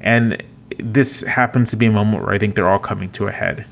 and this happens to be a moment. i think they're all coming to a head